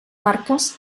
marques